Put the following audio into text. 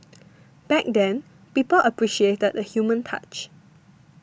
back then people appreciated the human touch